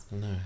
No